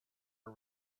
her